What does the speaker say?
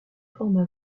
formes